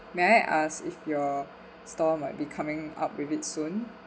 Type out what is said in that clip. may I ask if your store might be coming up with it soon